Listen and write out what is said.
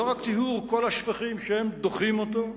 לא רק טיהור כל השפכים, שהם דוחים אותו,